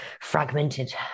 fragmented